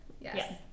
Yes